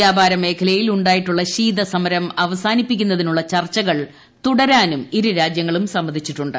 വ്യാപാര മേഖലയിൽ ഉണ്ടായിട്ടുള്ള ശീതസമരം അവസാന്മിപ്പിക്കാനുള്ള ചർച്ചകൾ തുടരാനും ഇരുരാജ്യ ങ്ങളും സമ്മതിച്ചിട്ടുണ്ട്